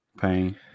Pain